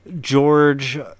George